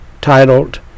titled